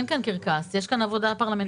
אין כאן קרקס, יש כאן עבודה פרלמנטרית.